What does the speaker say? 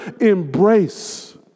embrace